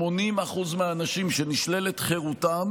ל-80% מהאנשים שנשללת חירותם